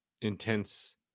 intense